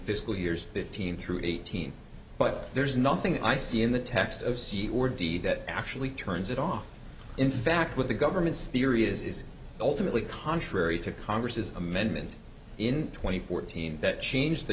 fiscal years fifteen through eighteen but there's nothing i see in the text of c or d that actually turns it off in fact with the government's theory is is ultimately contrary to congress's amendment in twenty fourteen that changed the